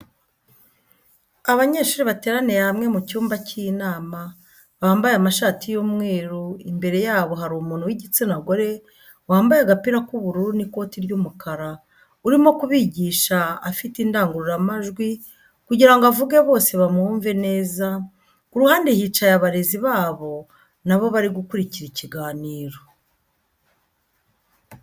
Abanyeshuri bateraniye hamwe mu cyumba cy'inama bambaye amashati y'umweru imbere yabo hari umuntu w'igitsina gore wambaye agapira k'ubururu n'ikoti ry'umukara urimo kubigisha afite indangururamajwi kugirango avuge bose bamwumve neza ku ruhande hicaye abarezi babo nabo bari gukurikira ikiganiro.